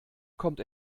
kommt